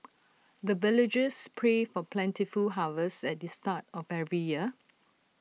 the villagers pray for plentiful harvest at the start of every year